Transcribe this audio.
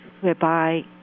whereby